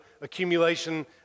accumulation